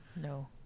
no